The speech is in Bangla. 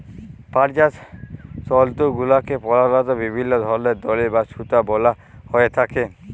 পাটজাত তলতুগুলাল্লে পধালত বিভিল্ল্য ধরলের দড়ি বা সুতা বলা হ্যঁয়ে থ্যাকে